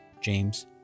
James